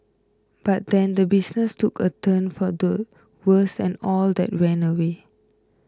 but then the business took a turn for the worse and all that went away